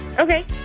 Okay